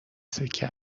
سکه